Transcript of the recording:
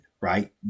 right